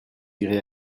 irez